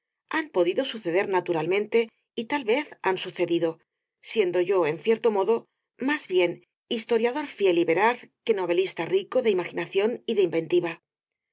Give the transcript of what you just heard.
han podido suceder naturalmente y tal vez han sucedido siendo yo en cierto modo más bien historiador fiel y veraz que novelista tico de ima ginación y de inventiva